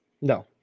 No